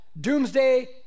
doomsday